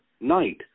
night